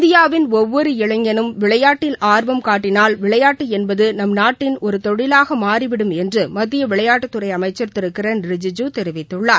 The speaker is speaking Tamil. இந்தியாவின் ஒவ்வொரு இளைஞனும் விளையாட்டில் ஆர்வம் காட்டினால் விளையாட்டு என்பது நம் நாட்டின் ஒரு தொழிலாக மாறிவீடும் என்று மத்திய விளையாட்டுத்துறை அமச்சர் திரு கிரண் ரிஜிஜூ தெரிவித்துள்ளார்